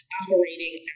operating